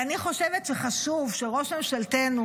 ואני חושבת שחשוב שראש ממשלתנו,